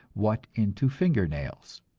what into finger nails.